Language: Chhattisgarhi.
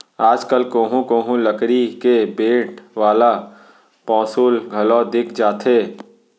आज कल कोहूँ कोहूँ लकरी के बेंट वाला पौंसुल घलौ दिख जाथे